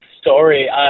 story